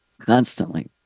constantly